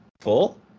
full